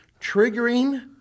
triggering